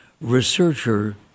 researcher